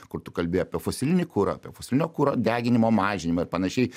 kur tu kalbi apie fosilinį kurą apie fosilinio kuro deginimo mažinimą ir panašiai